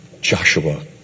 Joshua